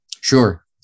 Sure